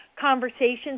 conversations